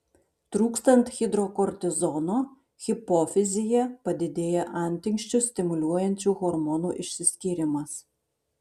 trūkstant hidrokortizono hipofizyje padidėja antinksčius stimuliuojančių hormonų išsiskyrimas